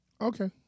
Okay